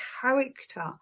character